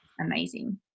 amazing